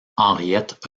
henriette